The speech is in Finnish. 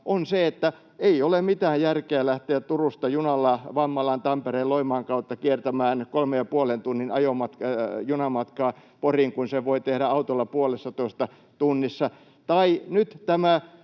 on se, että ei ole mitään järkeä lähteä Turusta junalla Vammalan, Tampereen, Loimaan kautta kiertämään kolmen ja puolen tunnin junamatkaa Poriin, kun sen voi tehdä autolla puolessatoista tunnissa. Tai nyt tämä